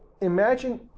imagine